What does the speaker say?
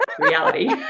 reality